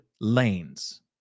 lanes